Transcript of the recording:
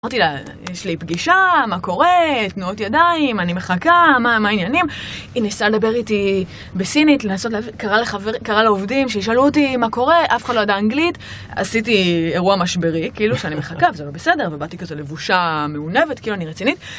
אמרתי לה, א...יש לי פגישה, מה קורה? תנועות ידיים, אני מחכה, מה-מה העניינים? היא ניסה לדבר איתי... בסינית, לנסות להבי- קראה לחבר- קראה לעובדים שישאלו אותי... מה קורה, אף אחד לא ידע אנגלית. עשיתי... אירוע משברי, כאילו, שאני מחכה וזה לא בסדר, ובאתי כזה לבושה... מעונבת, כאילו אני רצינית,